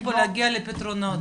רוצים להגיע לפתרונות.